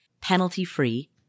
penalty-free